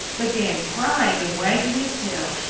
began crying and wagging his tail,